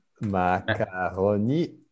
Macaroni